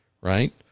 right